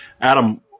Adam